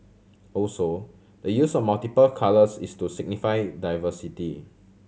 also the use of multiple colours is to signify diversity